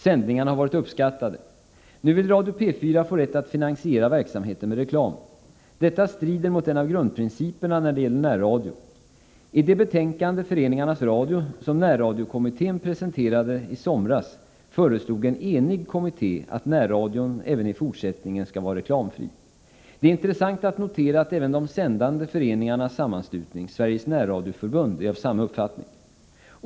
Sändningarna har varit uppskattade. Nu vill Radio P 4 få rätt att finansiera verksamheten med reklam. Detta strider mot en av grundprinciperna när det gäller närradio. I det betänkande som närradiokommittén presenterade i somras föreslog en enig kommitté att närradion även i fortsättningen skall vara reklamfri. Det är intressant att notera att även de sändande föreningarnas sammanslutning, Sveriges närradioförbund, är av samma uppfattning.